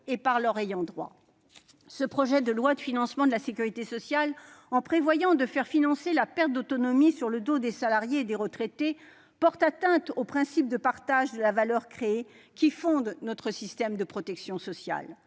et leurs ayants droit. Ce projet de loi de financement de la sécurité sociale, en prévoyant de faire financer la perte d'autonomie sur le dos des salariés et des retraités, porte atteinte au principe de partage de la valeur créée, qui fonde notre système de protection sociale.